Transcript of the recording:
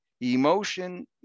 emotion